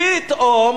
פתאום,